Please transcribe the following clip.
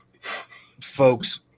folks